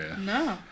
No